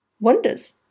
wonders